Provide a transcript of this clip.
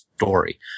Story